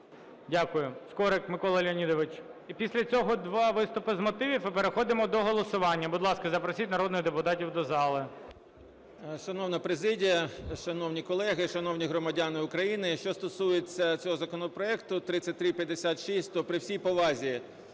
Дякую. Скорик Микола Леонідович. І після цього два виступи з мотивів і переходимо до голосування. Будь ласка, запросіть народних депутатів до зали. 12:41:48 СКОРИК М.Л. Шановна президія! Шановні колеги! Шановні громадяни України! Що стосується цього законопроекту (3356), то при всій повазі